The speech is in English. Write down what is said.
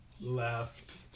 Left